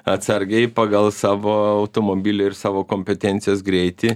atsargiai pagal savo automobilį ir savo kompetencijos greitį